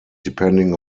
depending